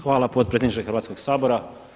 Hvala potpredsjedniče Hrvatskog sabora.